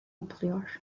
yapılıyor